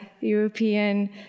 European